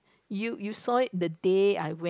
you you saw it the day I went